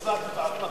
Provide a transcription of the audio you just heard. אתה לא מצביע.